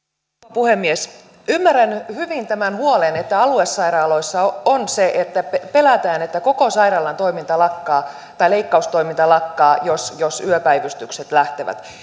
puhemies ymmärrän hyvin tämän huolen että aluesairaaloissa pelätään että koko sairaalan toiminta lakkaa tai leikkaustoiminta lakkaa jos jos yöpäivystykset lähtevät